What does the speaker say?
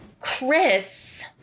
Chris